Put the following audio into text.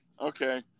okay